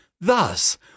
Thus